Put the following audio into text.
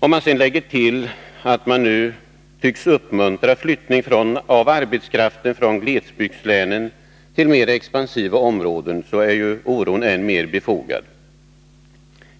Den omständigheten att man nu tycks uppmuntra flyttning av arbetskraften från glesbygdslänen till mera expansiva områden gör oron än mer befogad.